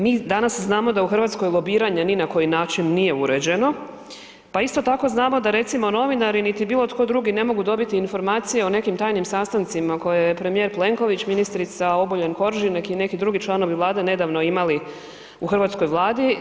Mi danas znamo da u Hrvatskoj lobiranje ni na koji način nije uređeno pa isto tako znamo da recimo, novinari niti bilo tko drugi ne mogu dobiti informacije o nekim tajnim sastancima koje je premijer Plenković, ministrica Obuljen Koržinek i neki drugi članovi Vlade nedavno imali u hrvatskoj Vladi.